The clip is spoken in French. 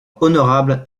honorable